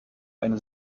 eine